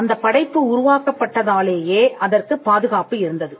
அந்தப் படைப்பு உருவாக்கப்பட்டதா லேயே அதற்குப் பாதுகாப்பு இருந்தது